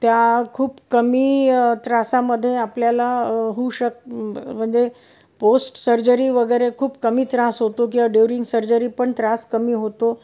त्या खूप कमी त्रासामध्ये आपल्याला होऊ शक म्हणजे पोस्ट सर्जरी वगैरे खूप कमी त्रास होतो किंवा ड्युरिंग सर्जरी पण त्रास कमी होतो